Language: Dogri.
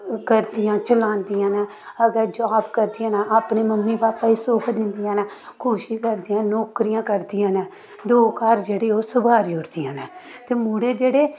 करदियां चलांदियां न अगर जाब करदियां न अपनी मम्मी पापा गी सुख दिंदियां न खुश करदियां नौकरियां करदियां न दो घर जेह्ड़े ओह् संवारी ओड़दियां न ते मुड़े जेह्ड़े